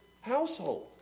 household